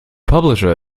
publisher